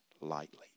lightly